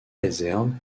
réserve